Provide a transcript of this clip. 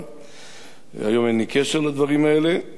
היום אין לי קשר לדברים האלה, כי אני חבר כנסת,